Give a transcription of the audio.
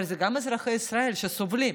אבל גם אזרחי ישראל סובלים,